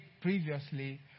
previously